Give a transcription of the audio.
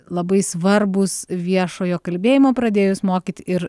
labai svarbūs viešojo kalbėjimo pradėjus mokyt ir